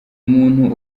umuntu